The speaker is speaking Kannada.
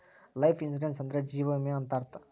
ಲೈಫ್ ಇನ್ಸೂರೆನ್ಸ್ ಅಂದ್ರೆ ಜೀವ ವಿಮೆ ಅಂತ ಅರ್ಥ